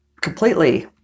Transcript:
completely